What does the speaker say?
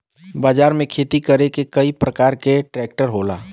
बाजार में खेती करे के कई परकार के ट्रेक्टर होला